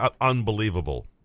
unbelievable